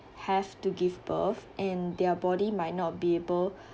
have to give birth and their body might not be able